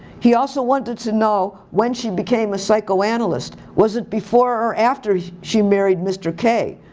he also wanted to know when she became a psychoanalyst. was it before or after she married mr. k?